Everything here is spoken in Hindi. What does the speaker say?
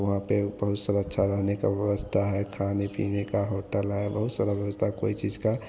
वहाँ पर बहुत सब अच्छा रहने की व्यवस्था है खाने पीने का होटल है बहुत सारी व्यवस्था है कोई चीज़ का